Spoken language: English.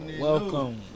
Welcome